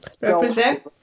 Represent